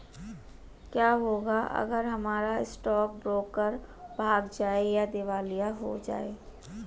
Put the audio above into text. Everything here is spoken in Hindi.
क्या होगा अगर हमारा स्टॉक ब्रोकर भाग जाए या दिवालिया हो जाये?